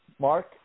Mark